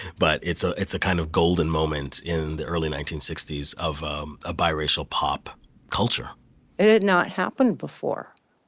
but it's a it's a kind of golden moment in the early nineteen sixty s of um a bi-racial pop culture it had not happened before.